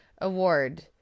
award